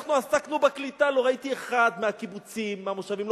כשאנחנו עסקנו בקליטה לא ראיתי אחד מהקיבוצים והמושבים.